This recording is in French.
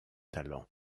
talents